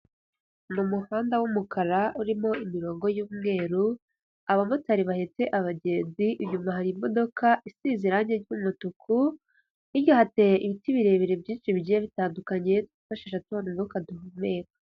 Mu muhanda w'umukara urimo imirongo y'umweru, abamotari bahetse abagenzi, inyuma hari imodoka isize irangi ry'umutuku, hirya hateye ibiti birebire byinshi bigiye bitandukanye, twifashisha tubona umwuka duhumeka.